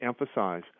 emphasize